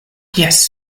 jes